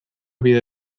bide